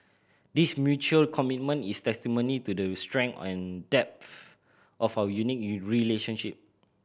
this mutual commitment is testimony to the strength and depth of our unique relationship